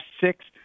six